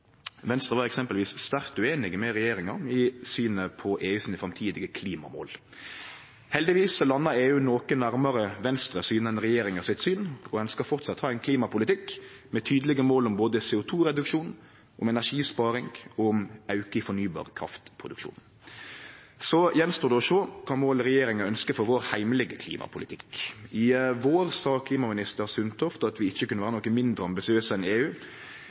Venstre var eksempelvis sterkt ueinig med regjeringa i synet på EU sine framtidige klimamål. Heldigvis landa EU noko nærmare Venstre sitt syn enn regjeringa sitt syn. Ein skal framleis ha ein klimapolitikk med tydelege mål om både CO2-reduksjon, energisparing og auke i fornybar kraft-produksjon. Så står det att å sjå kva mål regjeringa ønskjer for den heimlege klimapolitikken vår. I vår sa klimaminister Sundtoft at vi ikkje kunne vere noko mindre ambisiøse enn EU.